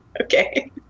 Okay